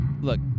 look